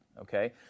Okay